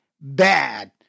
bad